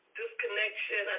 disconnection